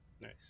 Nice